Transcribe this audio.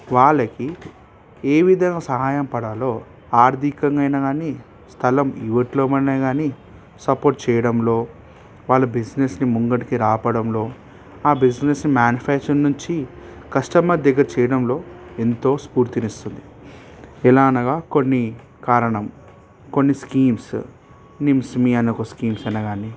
వాళ్ళకి ఏ విధంగా సహాయపడాలో ఆర్థికంగా అయినా కానీ స్థలం ఇవ్వడమైనా కానీ సపోర్ట్ చేయడంలో వాళ్ళ బిజినెస్ని ముందరికి రావడంలో ఆ బిజినెస్ మ్యానుఫ్యాక్చర్ నుంచి కస్టమర్ దగ్గర చేయడంలో ఎంతో స్ఫూర్తిని ఇస్తుంది ఎలా అనగా కొన్ని కారణం కొన్ని స్కీమ్స్ నిమ్స్మీ అనే ఒక్క స్కీమ్స్ అయినా కానీ